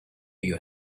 you